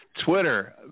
Twitter